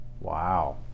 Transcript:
Wow